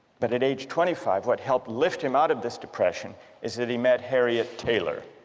but at age twenty five what helped lift him out of this depression is that he met harriet taylor